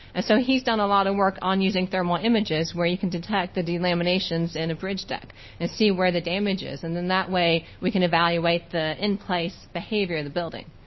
and so he's done a lot of work on using thermal images where you can detect the delaminations in a bridge deck and see where the damage is and then that way, we can evaluate the in-place behavior of the building.